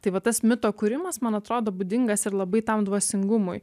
tai va tas mito kūrimas man atrodo būdingas ir labai tam dvasingumui